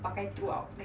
pakai tu